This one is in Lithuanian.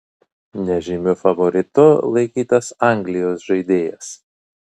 nežymiu favoritu laikytas anglijos žaidėjas